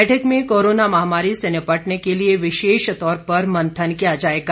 बैठक में कोरोना महामारी से निपटने के लिए विशेष तौर पर मंथन किया जाएगा